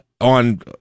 on